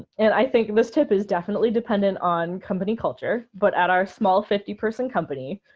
and i think this tip is definitely dependent on company culture. but at our small fifty person company,